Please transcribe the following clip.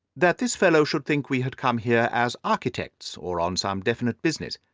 that this fellow should think we had come here as architects, or on some definite business.